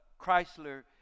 Chrysler